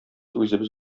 үзебез